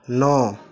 ନଅ